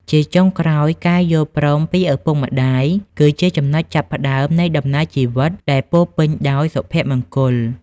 ជាចុងក្រោយ ការយល់ព្រមពីឪពុកម្ដាយគឺជាចំណុចចាប់ផ្តើមនៃដំណើរជីវិតដែលពោរពេញដោយសុភមង្គល។